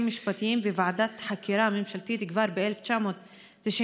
משפטיים וועדת חקירה ממשלתית כבר ב-1992,